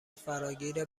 فراگیر